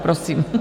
Prosím.